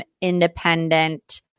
independent